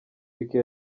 piqué